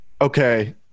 okay